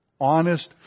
honest